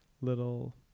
little